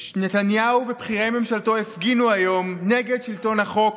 נתניהו ובכירי ממשלתו הפגינו היום נגד שלטון החוק,